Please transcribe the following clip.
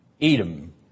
Edom